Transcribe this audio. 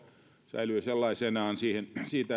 säilyi sellaisenaan